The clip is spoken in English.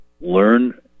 learn